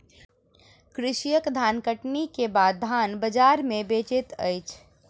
कृषक धानकटनी के बाद धान बजार में बेचैत अछि